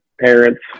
parents